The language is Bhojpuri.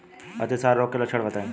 अतिसार रोग के लक्षण बताई?